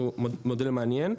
שהוא מודל מעניין.